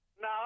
No